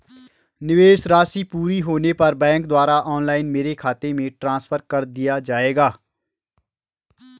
निवेश राशि पूरी होने पर बैंक द्वारा ऑनलाइन मेरे खाते में ट्रांसफर कर दिया जाएगा?